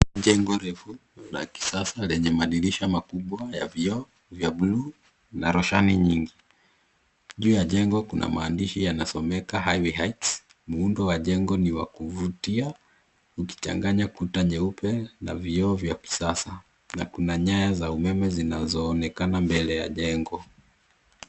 Jengo refu la kisasa lenye madirisha makubwa ya vioo vya blue na roshani nyingi. Juu ya jengo kuna maandishi yanasomeka highway heights muundo wa jengo ni wa kuvutia ukichanganya kuta nyeupe na vioo vya kisasa na kuna nyaya za umeme zinazoonekana mbele ya jengo.